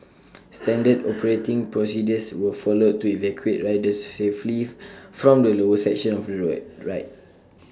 standard operating procedures were followed to evacuate riders safely from the lower section of the ride